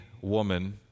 woman